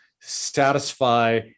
satisfy